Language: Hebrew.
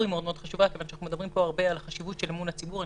כיוון שאנחנו מדברים פה הרבה על חשיבות של אמון הציבור.